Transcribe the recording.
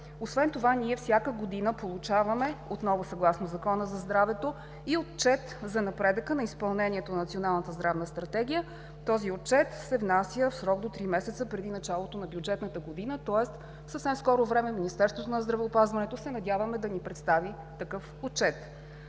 Освен това всяка година получаваме, отново съгласно Закона за здравето, и отчет за напредъка на изпълнението на Националната здравна стратегия. Този отчет се внася в срок до 3 месеца преди началото на бюджетната година, тоест в съвсем скоро време се надяваме Министерството на здравеопазването да ни представи такъв отчет.